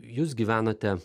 jūs gyvenate